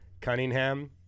Cunningham